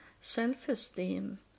self-esteem